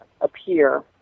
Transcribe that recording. appear